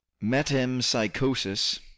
metempsychosis